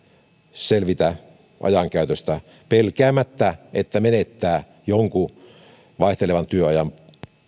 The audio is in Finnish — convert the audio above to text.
selvitä ajankäytöstä pelkäämättä että menettää jonkun vaihtelevan työajan